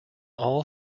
all